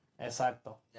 Exacto